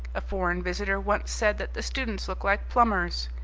a foreign visitor once said that the students looked like plumbers,